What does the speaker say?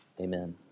Amen